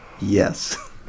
yes